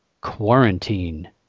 Quarantine